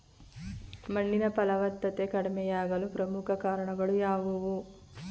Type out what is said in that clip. ಮಣ್ಣಿನ ಫಲವತ್ತತೆ ಕಡಿಮೆಯಾಗಲು ಪ್ರಮುಖ ಕಾರಣಗಳು ಯಾವುವು?